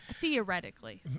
Theoretically